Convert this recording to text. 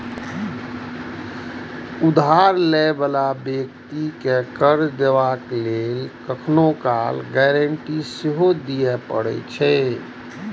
उधार लै बला व्यक्ति कें कर्ज दै लेल कखनहुं काल गारंटी सेहो दियै पड़ै छै